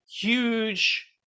huge